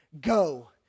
Go